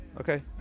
Okay